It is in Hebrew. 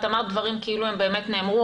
אמרת דברים כאילו הם באמת נאמרו.